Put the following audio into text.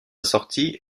sortie